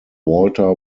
walter